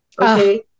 Okay